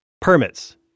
Permits